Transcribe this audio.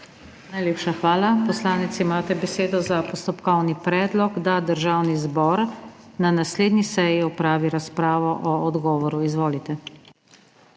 Najlepša hvala. Poslanec, imate besedo za postopkovni predlog, da Državni zbor na naslednji seji opravi razpravo o odgovoru. Izvolite.